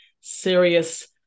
serious